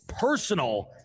personal